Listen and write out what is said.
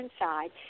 inside